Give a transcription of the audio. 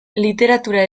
literatura